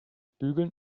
bügeln